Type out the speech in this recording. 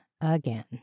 again